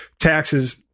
taxes